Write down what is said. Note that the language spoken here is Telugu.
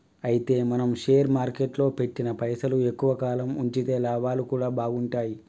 అయితే మనం షేర్ మార్కెట్లో పెట్టిన పైసలు ఎక్కువ కాలం ఉంచితే లాభాలు కూడా బాగుంటాయి